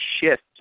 shift